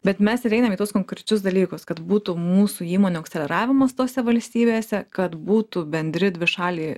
bet mes ir einam į tuos konkrečius dalykus kad būtų mūsų įmonių akceleravimas tose valstybėse kad būtų bendri dvišaliai